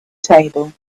table